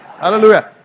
Hallelujah